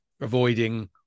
avoiding